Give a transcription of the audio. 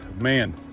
man